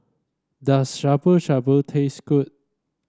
does Shabu Shabu taste good